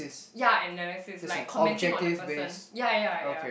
yeah analysis like commenting on the person yeah yeah yeah